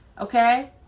okay